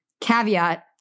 caveat